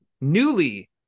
newly